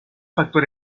factor